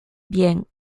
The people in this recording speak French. bien